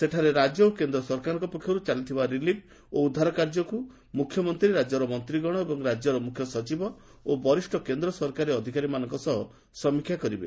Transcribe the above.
ସେଠାରେ ରାଜ୍ୟ ଓ କେନ୍ଦ୍ର ସରକାରଙ୍କ ପକ୍ଷରୁ ଚାଲିଥିବା ରିଲିଫ ଉଦ୍ଧାର କାର୍ଯ୍ୟକୁ ମୁଖ୍ୟମନ୍ତ୍ରୀ ରାଜ୍ୟର ମନ୍ତ୍ରୀଗଣ ରାଜ୍ୟର ମୁଖ୍ୟସଚିବ ଏବଂ ବରିଷ୍ଣ କେନ୍ଦ୍ର ସରକାରୀ ଅଧିକାରୀମାନଙ୍କ ସହ ସମୀକ୍ଷା କରିବେ